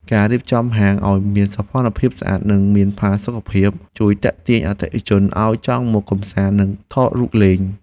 ការរៀបចំហាងឱ្យមានសោភ័ណភាពស្អាត និងមានផាសុកភាពជួយទាក់ទាញអតិថិជនឱ្យចង់មកកម្សាន្តនិងថតរូបលេង។